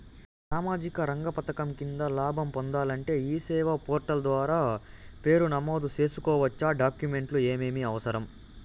సామాజిక రంగ పథకం కింద లాభం పొందాలంటే ఈ సేవా పోర్టల్ ద్వారా పేరు నమోదు సేసుకోవచ్చా? డాక్యుమెంట్లు ఏమేమి అవసరం?